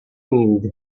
wind